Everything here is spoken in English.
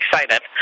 excited